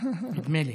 נדמה לי.